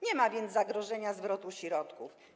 Nie ma więc zagrożenia zwrotu środków.